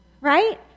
right